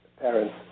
parents